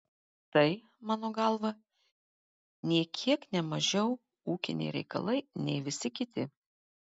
tai mano galva nė kiek ne mažiau ūkiniai reikalai nei visi kiti